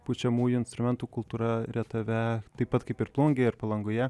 pučiamųjų instrumentų kultūra rietave taip pat kaip ir plungėje ir palangoje